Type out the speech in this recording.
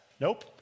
Nope